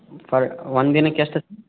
fur ಒಂದು ದಿನಕ್ಕೆ ಎಷ್ಟು